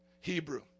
Hebrew